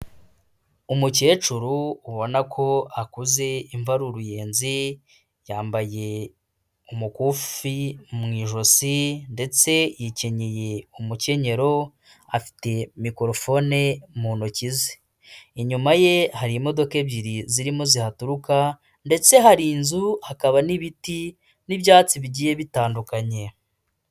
Umukecuru ubona ko akuze imvi ari uruyenzi, yambaye umukufi mu ijosi ndetse yikenyeye umukenyero afite mikoropfone mu ntoki ze. Inyuma ye hari imodoka ebyiri zirimo zihaturuka ndetse hari inzu hakaba n'ibiti, n'ibyatsi bigiye bitandukanye.